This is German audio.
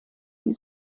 die